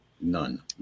None